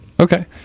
Okay